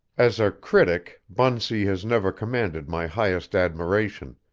as a critic bunsey has never commanded my highest admiration,